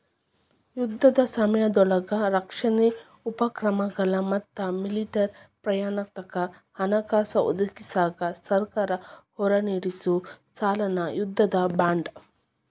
ಯುದ್ಧದ ಸಮಯದೊಳಗ ರಕ್ಷಣಾ ಉಪಕ್ರಮಗಳ ಮತ್ತ ಮಿಲಿಟರಿ ಪ್ರಯತ್ನಕ್ಕ ಹಣಕಾಸ ಒದಗಿಸಕ ಸರ್ಕಾರ ಹೊರಡಿಸೊ ಸಾಲನ ಯುದ್ಧದ ಬಾಂಡ್